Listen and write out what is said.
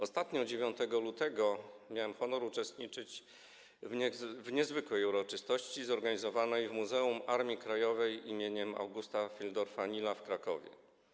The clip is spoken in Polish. Ostatnio, 9 lutego, miałem honor uczestniczyć w niezwykłej uroczystości zorganizowanej w Muzeum Armii Krajowej im. Augusta Fieldorfa „Nila” w Krakowie.